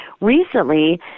recently